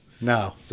no